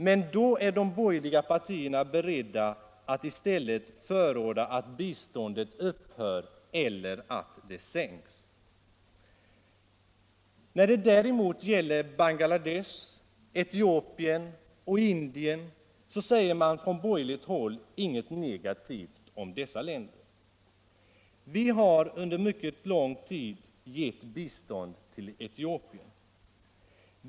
Men då är de borgerliga partierna beredda att förorda att biståndet skall upphöra eller sänkas. Om Bangladesh, Etiopien och Indien säger man från borgerligt håll däremot inget negativt. Vi har under mycket lång tid gett bistånd till Etiopien.